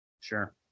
Sure